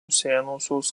senosios